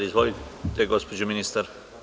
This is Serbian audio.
Izvolite, gospođo ministar.